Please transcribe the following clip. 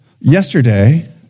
yesterday